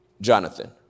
Jonathan